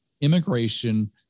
immigration